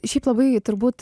šiaip labai turbūt